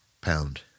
pound